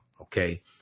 Okay